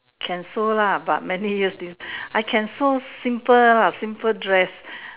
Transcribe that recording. can sew lah but many years didn't I can sew simple simple dress